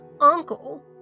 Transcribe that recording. uncle